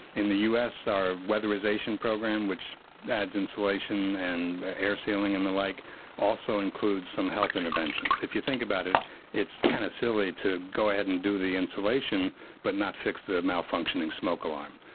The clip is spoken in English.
in the us our weatherisation program which adds insulation and air sealing and the like also includes some health interventions. if you think about it's it's kind of silly to go ahead and do the insulation but not fix the malfunctioning smoke alarm.